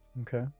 Okay